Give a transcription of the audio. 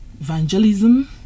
evangelism